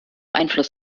einfluss